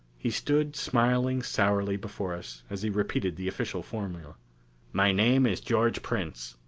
he stood smiling sourly before us as he repeated the official formula my name is george prince.